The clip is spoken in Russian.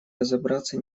разобраться